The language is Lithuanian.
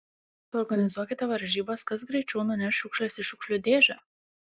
suorganizuokite varžybas kas greičiau nuneš šiukšles į šiukšlių dėžę